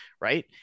Right